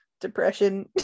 depression